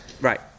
Right